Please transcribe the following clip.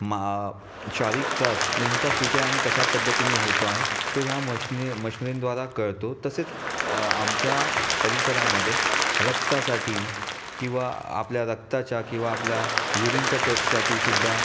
मा शारीरिक त्रास नेमका कुठे आणि कशा पद्धतीने होतो आहे तो ह्या मशनी मशनींद्वारा कळतो तसेच अ आमच्या परिसरामध्ये रक्तासाठी किंवा आपल्या रक्ताच्या किंवा आपल्या युरिनच्या टेस्टसाठीसुद्धा